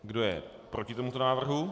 Kdo je proti tomuto návrhu?